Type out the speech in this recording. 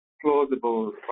plausible